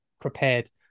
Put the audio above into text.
prepared